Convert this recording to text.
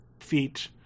feet